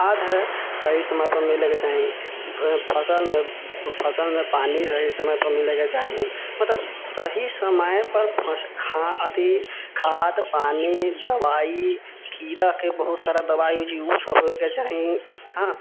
खाद है सही समयपर मिलैके चाही फसल फसलमे पानि सही समयपर मिलैके चाही मतलब सही समयपर खाद अथी खाद पानि दवाई कीड़ाके बहुत सारा दवाई होइ छै उसब होइके चाही